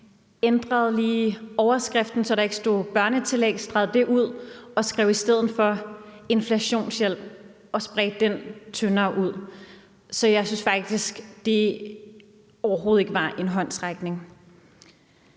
ændrede lige overskriften, stregede den ud, så er der ikke stod børnetillæg, og skrev i stedet »inflationshjælp« og spredte den tyndere ud. Så jeg synes faktisk overhovedet ikke, det var en håndsrækning.